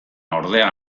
ordea